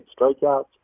strikeouts